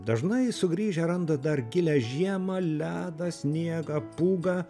dažnai sugrįžę randa dar gilią žiemą ledą sniegą pūgą